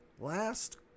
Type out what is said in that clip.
last